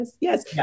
yes